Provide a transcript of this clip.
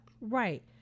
Right